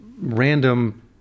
random